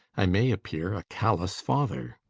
i may appear a callous father.